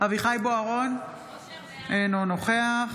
אביחי אברהם בוארון, אינו נוכח